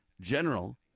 general